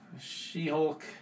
She-Hulk